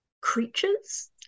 creatures